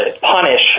punish